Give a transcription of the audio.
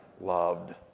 loved